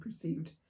perceived